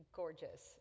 gorgeous